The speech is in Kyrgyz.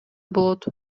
болот